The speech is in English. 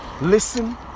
listen